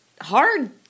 hard